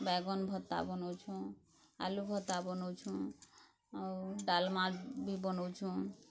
ବାଇଗନ୍ ଭତା ବନଉଁଛୁ ଆଲୁ ଭତା ବନଉଁଛୁ ଆଉ ଡ଼ାଲମା ବି ବନଉଁଛୁ